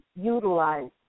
utilize